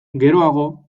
geroago